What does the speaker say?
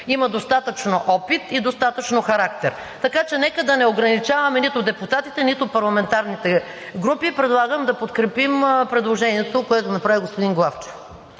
има достатъчно опит и достатъчно характер. Така че нека да не ограничаваме нито депутатите, нито парламентарните групи. Предлагам да подкрепим предложението, което направи господин Главчев.